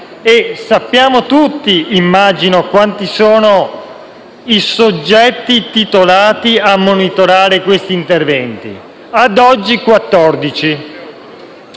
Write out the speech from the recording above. sappiamo tutti quanti sono i soggetti titolati a monitorare questi interventi: ad oggi